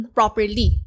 properly